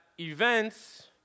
events